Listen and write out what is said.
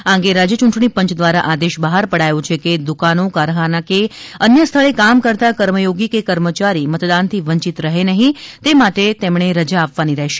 આ અંગે રાજ્ય યૂંટણી પંચ દ્વારા આદેશ બહાર પડાયો છે કે દુકાનો કારખાના કે અન્ય સ્થળે કામ કરતાં કર્મચોગી કે કર્મચારી મતદાનથી વંચિત રહે નહીં તે માટે તેમણે રજા આપવાની રહેશે